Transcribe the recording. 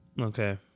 Okay